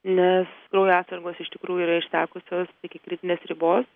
nes kraujo atsargos iš tikrųjų yra išsekusios iki kritinės ribos